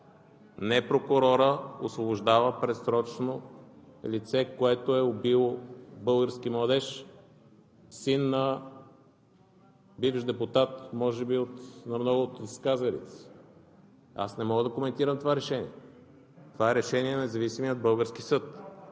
Не прокурорът освобождава предсрочно лице, което е убило български младеж, син на бивш депутат, може би, на много от изказалите се. Аз не мога да коментирам това решение. Това е решение на независимия български съд.